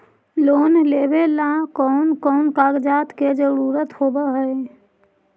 Loan लेबे ला कौन कौन कागजात के जरुरत होबे है?